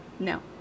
No